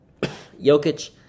Jokic